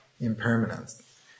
impermanence